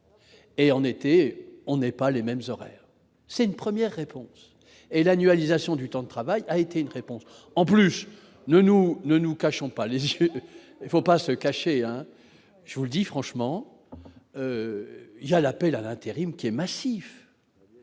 et en été, on n'est pas les mêmes horaires, c'est une première réponse et l'annualisation du temps de travail a été une réponse, en plus, nous, nous ne nous cachons pas les il faut pas se cacher, hein, je vous le dis franchement il y a l'appel à l'intérim qui est massif,